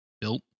built